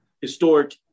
historic